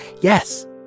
yes